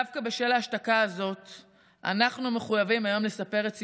דווקא בשל ההשתקה הזאת אנחנו מחויבים היום לספר את סיפורם,